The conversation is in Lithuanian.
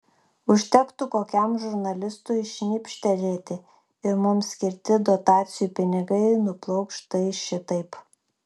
užtektų kokiam žurnalistui šnipštelėti ir mums skirti dotacijų pinigai nuplauks štai šitaip